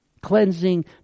Cleansing